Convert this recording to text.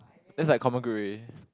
that's like